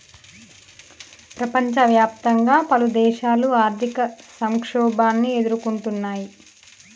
ప్రపంచవ్యాప్తంగా పలుదేశాలు ఆర్థిక సంక్షోభాన్ని ఎదుర్కొంటున్నయ్